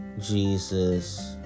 Jesus